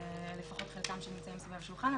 לפחות חלקם, שנמצאים סביב השולחן.